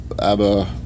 Abba